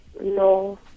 No